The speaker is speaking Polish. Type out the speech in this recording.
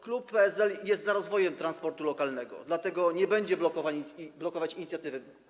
Klub PSL jest za rozwojem transportu lokalnego, dlatego nie będzie blokować inicjatywy.